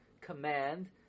command